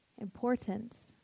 Importance